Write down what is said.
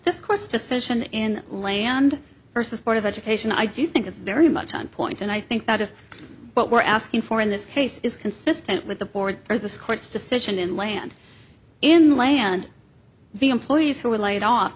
this course decision in land versus board of education i do think it's very much on point and i think that if what we're asking for in this case is consistent with the board or this court's decision in land in land the employees who were laid off